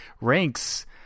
ranks